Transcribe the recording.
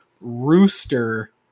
Rooster